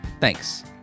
Thanks